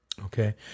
Okay